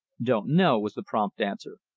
don't know, was the prompt answer.